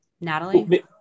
Natalie